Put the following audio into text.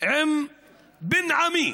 עם בן עמי